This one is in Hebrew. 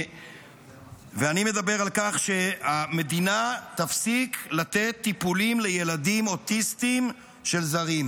ואני מדבר על כך שהמדינה תפסיק לתת טיפולים לילדים אוטיסטים של זרים.